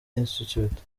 institute